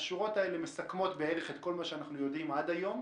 השורות האלה מסכמות בערך את כל מה שאנחנו יודעים עד היום,